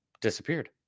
disappeared